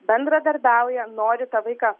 bendradarbiauja nori tą vaiką